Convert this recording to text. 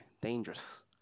dangerous